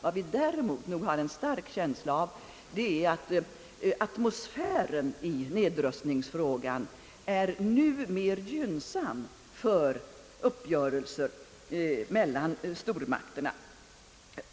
Vad vi däremot nog har en stark känsla av är att atmosfären i nedrustningsfrågan nu är mera gynnsam för uppgörelse mellan stormakterna.